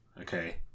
Okay